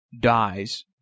dies